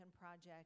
project